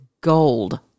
gold